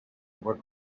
were